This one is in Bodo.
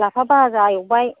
लाफा भाजा एवबाय